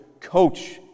coach